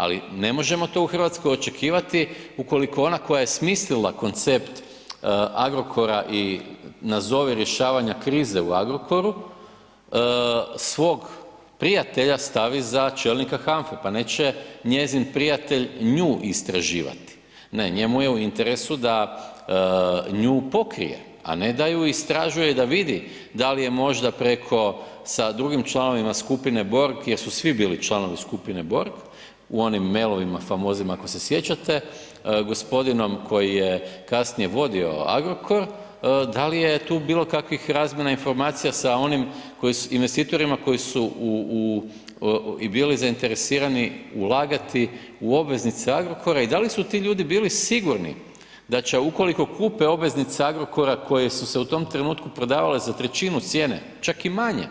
Ali ne možemo to u RH očekivati ukoliko ona koja je smislila koncept Agrokora i nazovi rješavanja krize u Agrokoru, svog prijatelja stavi za čelnika HANFA-e, pa neće njezin prijatelj nju istraživati, ne njemu je u interesu da nju pokrije, a ne da ju istražuje i da vidi da li je možda preko sa drugim članovima skupine Borg jer su svi bili članovi skupine Borg u onim mailovima famoznim ako se sjećate gospodinom koji je kasnije vodio Agrokor, da li je tu bilo kakvih razmjena informacija sa onim investitorima koji su u, u, i bili zainteresirani ulagati u obveznice Agrokora i da li su ti ljudi bili sigurni da će ukoliko kupe obveznice Agrokora koje su se u tom trenutku prodavale za 1/3 cijene, čak i manje,